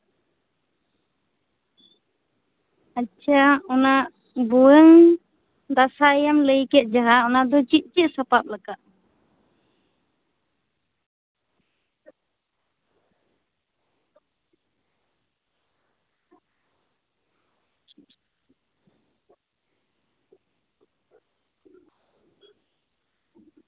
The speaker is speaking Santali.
ᱟᱪᱪᱷᱟ ᱚᱱᱟ ᱵᱷᱩᱣᱟᱹᱝ ᱫᱟᱸᱥᱟᱭᱮᱢ ᱞᱟᱹᱭ ᱠᱮᱫ ᱡᱟᱦᱟᱸ ᱚᱱᱟ ᱫᱚ ᱪᱮᱫ ᱪᱮᱫ ᱥᱟᱯᱟᱵᱽ ᱞᱟᱜᱟᱜᱼᱟ